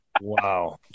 Wow